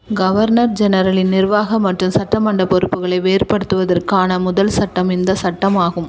governor ஜெனரலின் நிர்வாக மற்றும் சட்டமன்றப் பொறுப்புகளை வேறுபடுத்துவதற்கான முதல் சட்டம் இந்தச் சட்டம் ஆகும்